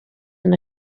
than